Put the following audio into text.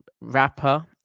rapper